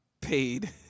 paid